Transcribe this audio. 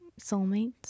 soulmates